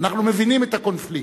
שאנחנו מבינים את הקונפליקט,